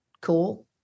cool